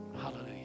Hallelujah